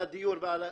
על הדיור ועל הכול,